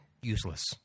useless